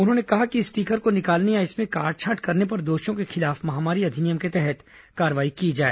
उन्होंने कहा है कि स्टीकर को निकालने या इसमें कांट छांट करने पर दोषियों के खिलाफ महामारी अधिनियम के तहत कार्रवाई की जाए